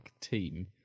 team